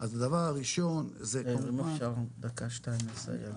אז דבר ראשון --- אם אפשר בעוד דקה שתיים לסיים.